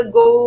go